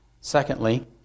Secondly